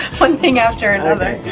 one thing after another.